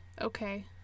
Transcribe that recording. okay